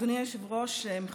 אדוני היושב-ראש, מכובדיי,